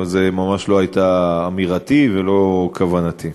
אבל זאת ממש לא הייתה אמירתי ולא כוונתי.